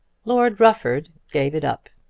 lord rufford gave it up,